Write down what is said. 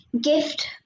gift